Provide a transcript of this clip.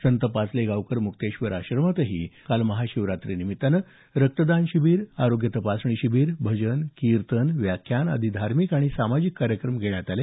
संत पाचलेगावकर मुक्तेश्वर आश्रमातही काल महाशिवरात्रीनिमित्त रक्तदान शिबीर आरोग्य तपासणी शिबीर भजन किर्तन व्याख्यान आदी धार्मिक आणि सामाजिक कार्यक्रम घेण्यात आले